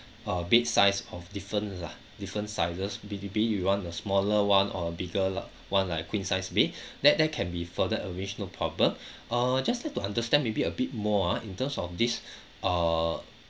uh bed size of different lah different sizes be it be you want a smaller one or a bigger lah one like queen size bed that that can be further arranged no problem uh just like to understand maybe a bit more ah in terms of this uh